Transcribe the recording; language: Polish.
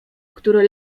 który